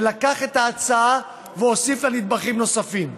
שלקח את ההצעה והוסיף לה נדבכים נוספים.